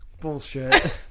Bullshit